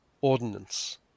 ordinance